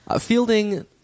Fielding